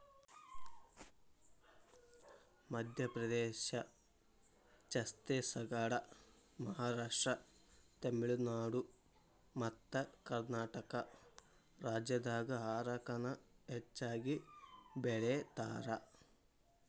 ಮಧ್ಯಪ್ರದೇಶ, ಛತ್ತೇಸಗಡ, ಮಹಾರಾಷ್ಟ್ರ, ತಮಿಳುನಾಡು ಮತ್ತಕರ್ನಾಟಕ ರಾಜ್ಯದಾಗ ಹಾರಕ ನ ಹೆಚ್ಚಗಿ ಬೆಳೇತಾರ